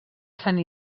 sant